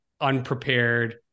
unprepared